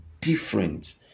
different